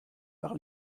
par